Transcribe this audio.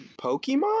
Pokemon